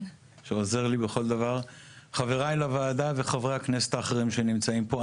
שעוזר לי בכל דבר; חבריי לוועדה וחברי הכנסת האחרים שנמצאים פה.